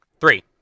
Three